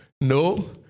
No